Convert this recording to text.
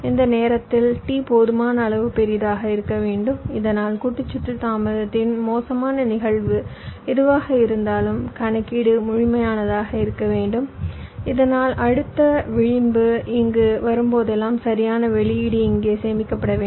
இந்த நேரத்தில் T போதுமான அளவு பெரியதாக இருக்க வேண்டும் இதனால் கூட்டுச் சுற்று தாமதத்தின் மோசமான நிகழ்வு எதுவாக இருந்தாலும் கணக்கீடு முழுமையானதாக இருக்க வேண்டும் இதனால் அடுத்த விளிம்பு இங்கு வரும்போதெல்லாம் சரியான வெளியீடு இங்கே சேமிக்கப்பட வேண்டும்